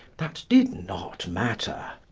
that did not matter.